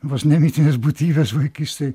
vos ne mitinės būtybės vaikystėj